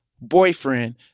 boyfriend